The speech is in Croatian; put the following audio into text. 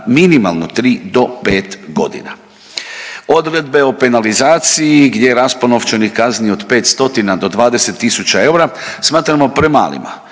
minimalno 3 do 5 godina. Odredbe o penalizaciji gdje raspon novčanih kazni od 500 do 20 tisuća eura smatramo premalima.